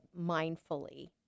mindfully